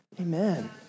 Amen